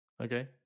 Okay